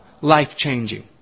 life-changing